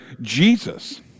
Jesus